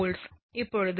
இப்போது m0 0